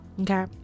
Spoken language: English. okay